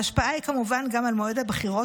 ההשפעה היא כמובן גם על מועד הבחירות,